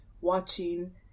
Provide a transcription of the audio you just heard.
watching